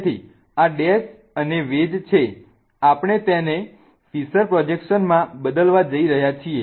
તેથી આ ડેશ અને વેજ છે અને આપણે તેને ફિશર પ્રોજેક્શનમાં બદલવા જઈ રહ્યા છીએ